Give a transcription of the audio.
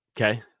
Okay